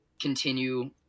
continue